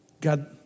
God